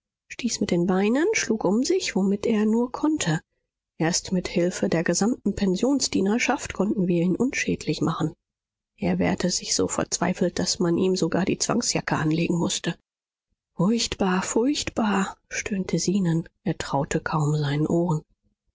stieß mit den beinen schlug um sich womit er nur konnte erst mit hilfe der gesamten pensionsdienerschaft konnten wir ihn unschädlich machen er wehrte sich so verzweifelt daß man ihm sogar die zwangsjacke anlegen mußte furchtbar furchtbar stöhnte zenon er traute kaum seinen ohren